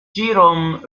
jerome